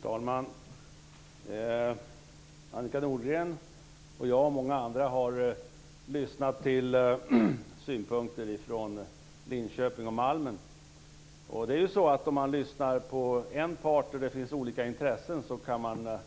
Fru talman! Annika Nordgren och jag och många andra har lyssnat till synpunkter från Linköping och Malmen. Och det är ju så att om man lyssnar på en part och det finns olika intressen kan man